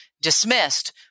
dismissed